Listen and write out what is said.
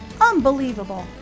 Unbelievable